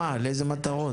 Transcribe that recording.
לאילו מטרות?